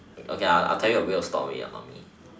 okay I'll I'll tell you a real story ah mummy